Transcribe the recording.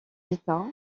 vita